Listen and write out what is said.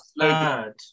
third